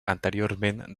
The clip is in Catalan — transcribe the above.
anteriorment